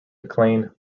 mclean